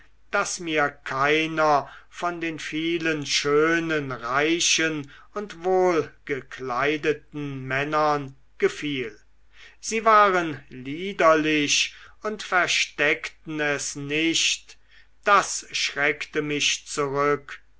daß mir keiner von den vielen schönen reichen und wohlgekleideten männern gefiel sie waren liederlich und versteckten es nicht das schreckte mich zurück